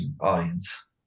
audience